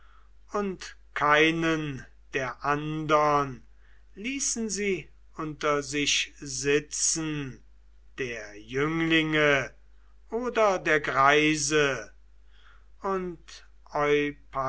und keinen der andern ließen sie unter sich sitzen der jünglinge oder der greise und